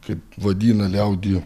kaip vadina liaudyje